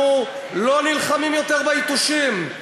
אנחנו לא נלחמים יותר ביתושים,